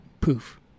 poof